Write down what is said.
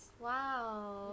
Wow